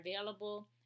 available